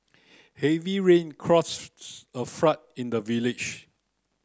heavy rain a flood in the village